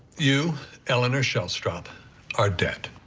you fell under shows trump our debt.